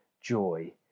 joy